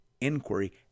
inquiry